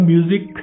Music